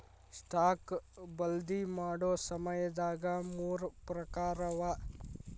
stock ಬದ್ಲಿ ಮಾಡೊ ಸಮಯದಾಗ ಮೂರ್ ಪ್ರಕಾರವ